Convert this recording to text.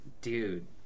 Dude